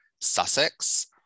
sussex